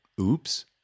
oops